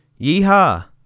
Yeehaw